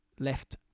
left